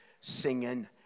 singing